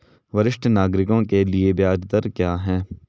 वरिष्ठ नागरिकों के लिए ब्याज दर क्या हैं?